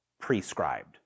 prescribed